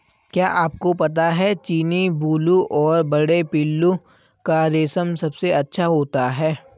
क्या आपको पता है चीनी, बूलू और बड़े पिल्लू का रेशम सबसे अच्छा होता है?